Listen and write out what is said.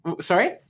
Sorry